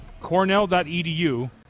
Cornell.edu